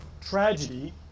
tragedy